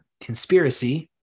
conspiracy